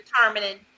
determining